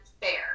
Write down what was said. fair